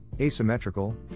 asymmetrical